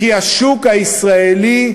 כי השוק הישראלי,